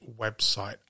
website